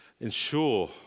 ensure